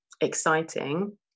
exciting